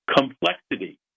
Complexity